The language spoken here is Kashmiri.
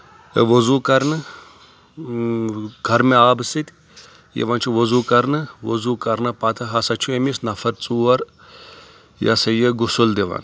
ؤضوٗ کرنہٕ گَرمہِ آبہٕ سۭتۍ یِوان چھُ وضوٗ کرنہٕ وضوٗ کرنہٕ پتہٕ ہسا چھُ أمِس نفر ژور یہِ ہسا یہِ غسُل دِوان